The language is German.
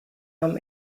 haben